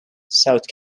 south